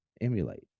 emulate